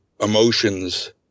emotions